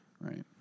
Right